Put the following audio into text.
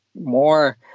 more